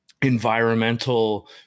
environmental